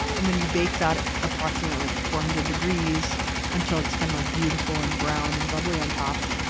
and then you bake that at approximately like four hundred degrees until it's kind of like beautiful and brown and bubbly on top.